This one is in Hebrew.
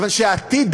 כיוון שהעתיד,